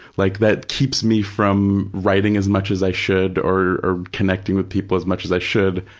like that keeps me from writing as much as i should or or connecting with people as much as i should.